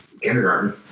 kindergarten